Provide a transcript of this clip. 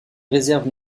réserve